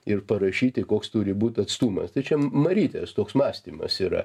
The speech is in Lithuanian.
ir parašyti koks turi būt atstumas tai čia marytės toks mąstymas yra